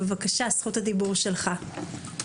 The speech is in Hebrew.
בבקשה, רשות הדיבור שלך.